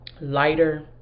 lighter